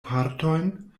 partojn